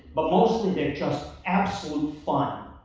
but mostly they're just absolute fun.